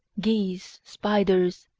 geese, spiders,